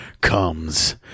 comes